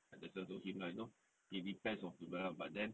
that's why told him lah you know it depends have to bayar but then